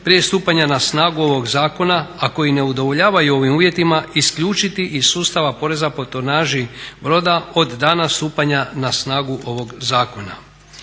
prije stupanja na snagu ovog zakona, ako i ne udovoljavaju ovim uvjetima isključiti iz sustava poreza po tonaži broda od dana stupanja na snagu ovog zakona.